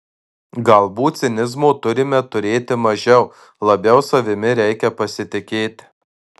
galbūt cinizmo turime turėti mažiau labiau savimi reikia pasitikėti